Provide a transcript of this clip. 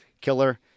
killer